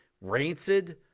rancid